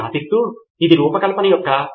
కాబట్టి ఇది మీ స్వంత పరిష్కార దశకు ఉపయోగపడుతుంది